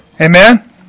Amen